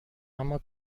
اما